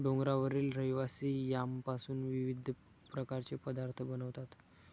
डोंगरावरील रहिवासी यामपासून विविध प्रकारचे पदार्थ बनवतात